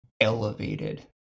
elevated